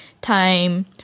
time